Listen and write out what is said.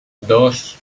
dos